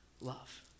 love